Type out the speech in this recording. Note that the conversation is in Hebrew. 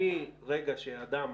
מרגע שאדם